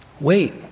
Wait